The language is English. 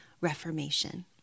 reformation